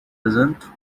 result